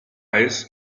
eyes